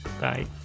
Bye